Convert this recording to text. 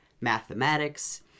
mathematics